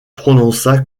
prononça